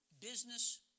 Business